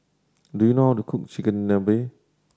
do you know how to cook Chigenabe